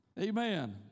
Amen